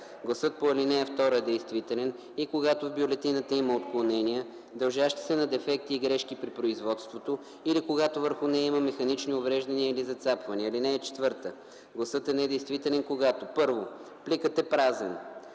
Гласът по ал. 2 е действителен и когато в бюлетината има отклонения, дължащи се на дефекти и грешки при производството, или когато върху нея има механични увреждания или зацапвания. (4) Гласът е недействителен, когато: 1. пликът е празен;